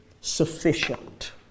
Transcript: sufficient